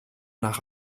nach